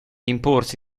imporsi